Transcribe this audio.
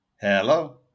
Hello